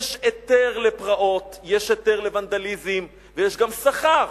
יש היתר לפרעות, יש היתר לוונדליזם, ויש גם שכר.